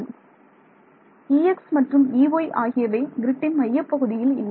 மாணவர் Ex மற்றும் Ey ஆகியவை க்ரிட்டின் மையப் பகுதியில் இல்லை